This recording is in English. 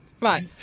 Right